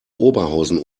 oberhausen